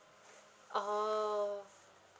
oh